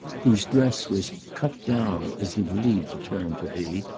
whose dress was cut down, as he believed the term to be,